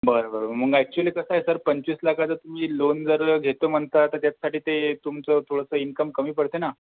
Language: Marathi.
बरं बरं मग ॲक्च्युअली कसं आहे सर पंचवीस लाखाचं तुम्ही लोन जर घेतो म्हणता तर त्याच्यासाठी ते तुमचं थोडंसं इनकम कमी पडतं ना